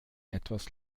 etwas